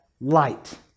light